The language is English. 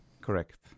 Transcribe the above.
Correct